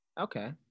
okay